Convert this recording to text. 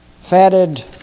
fatted